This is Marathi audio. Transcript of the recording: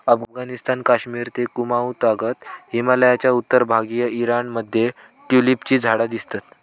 अफगणिस्तान, कश्मिर ते कुँमाउ तागत हिमलयाच्या उत्तर भागात ईराण मध्ये ट्युलिपची झाडा दिसतत